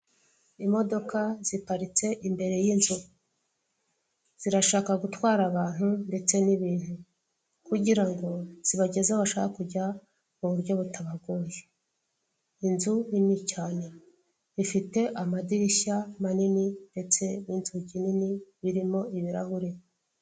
Imodoka ziparitse imbere y'inzu, zirashaka gutwara abantu ndetse n'ibintu, kugirango zibageze aho bashaka kujya mu buryo butabagoye, inzu nini cyane ifite amadirishya manini ndetse n'inzugi nini birimo ibirahure.